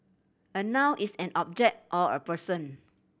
a noun is an object or a person